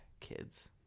kids